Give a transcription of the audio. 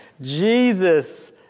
Jesus